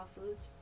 foods